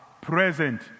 present